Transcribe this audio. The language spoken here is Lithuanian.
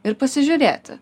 ir pasižiūrėti